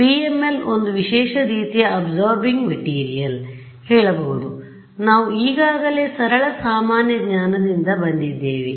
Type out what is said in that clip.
ಆದ್ದರಿಂದ PML ಒಂದು ವಿಶೇಷ ರೀತಿಯ ಅಬ್ಸೋರ್ಬಿನ್ಗ್ ಮೆಟೀರಿಯಲ್ ಹೇಳಬಹುದು ನಾವು ಈಗಾಗಲೇ ಸರಳ ಸಾಮಾನ್ಯ ಜ್ಞಾನದಿಂದ ಬಂದಿದ್ದೇವೆ